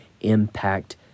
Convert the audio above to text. impact